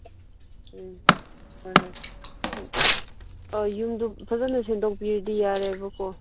ꯎꯝ ꯍꯣꯏ ꯍꯣꯏ ꯌꯨꯝꯗꯣ ꯐꯖꯅ ꯏꯪꯗꯣꯛꯄꯤꯔꯗꯤ ꯌꯥꯔꯦꯕꯀꯣ